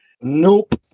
Nope